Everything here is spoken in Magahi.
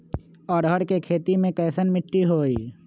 अरहर के खेती मे कैसन मिट्टी होइ?